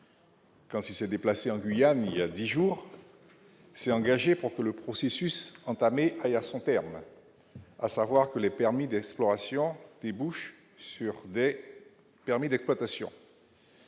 quand il s'est rendu en Guyane il y a dix jours, s'est engagé pour que le processus entamé aille à son terme, c'est-à-dire que les permis d'exploration débouchent sur des permis d'exploitation.